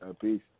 Peace